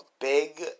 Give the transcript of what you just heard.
big